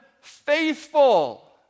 faithful